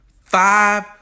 five